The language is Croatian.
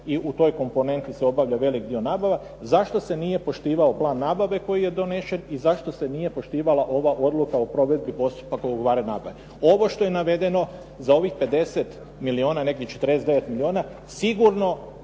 i u toj komponenti se obavlja veliki dio nabava, zašto se nije poštivao plan nabave koji je donesen i zašto se nije poštivala ova odluka o provedbi postupaka ugovaranja nabave. Ovo što je navedenih za ovih 50 milijuna, nekih 49 milijuna sigurno